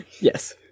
Yes